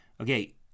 okay